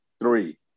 three